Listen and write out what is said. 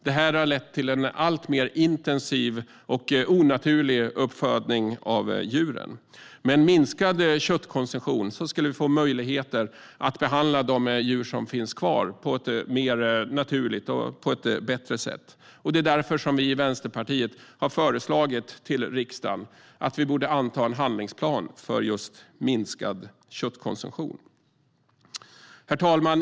Detta har lett till en alltmer intensiv och onaturlig uppfödning av djuren. Med minskad köttkonsumtion skulle vi få möjlighet att behandla de djur som finns kvar på ett för dem mer naturligt och bättre sätt. Det är därför vi i Vänsterpartiet har föreslagit till riksdagen att vi borde anta en handlingsplan för just minskad köttkonsumtion. Herr talman!